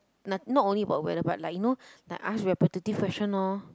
not not only about the weather but like you know ask repetitive question lor